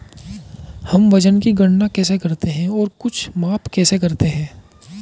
हम वजन की गणना कैसे करते हैं और कुछ माप कैसे करते हैं?